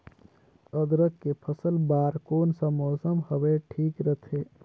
अदरक के फसल बार कोन सा मौसम हवे ठीक रथे?